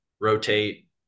rotate